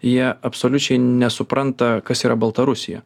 jie absoliučiai nesupranta kas yra baltarusija